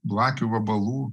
blakių vabalų